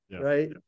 Right